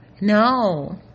No